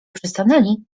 przystanęli